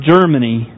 Germany